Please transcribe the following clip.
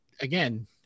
again